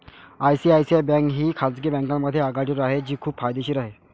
ICICI bank ही खाजगी बँकांमध्ये आघाडीवर आहे जी खूप फायदेशीर आहे